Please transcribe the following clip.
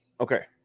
Okay